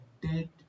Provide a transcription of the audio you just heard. dead